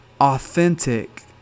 authentic